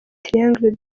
triangle